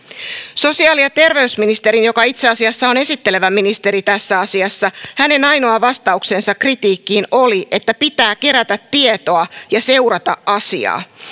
sosiaali ja terveysministerin joka itse asiassa on esittelevä ministeri tässä asiassa ainoa vastaus kritiikkiin oli että pitää kerätä tietoa ja seurata asiaa